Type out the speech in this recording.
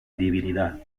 divinidad